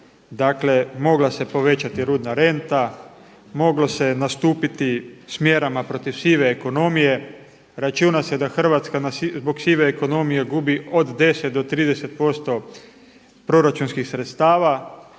dakle mogla se povećati rudna renta, moglo se nastupiti s mjerama protiv sive ekonomije. Računa se da Hrvatska zbog sive ekonomije gubi od 10 do 30% proračunskih sredstava.